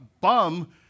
bum